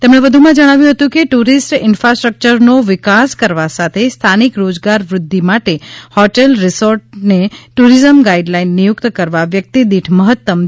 તેમણે વધુ માં જણાવ્યુ હતું કે ટુરિસ્ટ ઇન્ફાસ્ટ્રકચરનો વિકાસ કરવા સાથે સ્થાનિક રોજગાર વૃદ્ધિ માટે હોટેલરિસોર્ટસને ટુરિઝમ ગાઇડ નિયુકત કરવા વ્યક્તિ દિઠ મહત્તમ રૂ